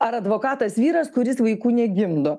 ar advokatas vyras kuris vaikų negimdo